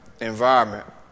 environment